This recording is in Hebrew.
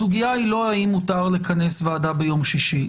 הסוגיה היא לא אם מותר לכנס ועדה ביום שישי.